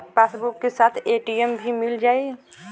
Passbook के साथ ATM भी मील जाई?